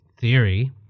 Theory